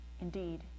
indeed